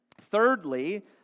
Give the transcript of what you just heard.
Thirdly